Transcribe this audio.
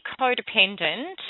codependent